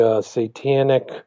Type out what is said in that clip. satanic